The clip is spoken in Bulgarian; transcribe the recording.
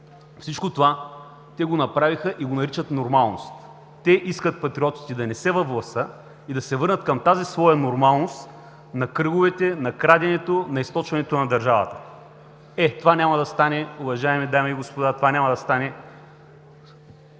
Всичко това те го направиха и го наричат нормалност. Те искат патриотите да не са във властта и да се върнат към тази своя нормалност на кръговете, на краденето, на източването на държавата. Е, това няма да стане, уважаеми дами и господа, това няма да стане,